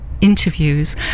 interviews